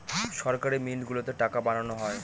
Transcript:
সরকারি মিন্ট গুলোতে টাকা বানানো হয়